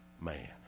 man